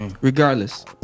Regardless